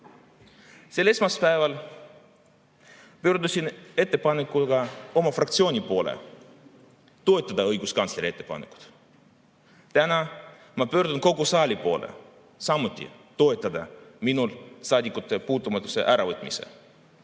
Sel esmaspäeval pöördusin ettepanekuga oma fraktsiooni poole toetada õiguskantsleri ettepanekut. Täna ma pöördun kogu saali poole samuti toetada minult saadikupuutumatuse äravõtmist